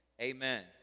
amen